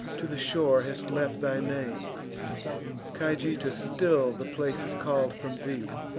to the shore hast left thy name cajeta still the place is call'd from thee,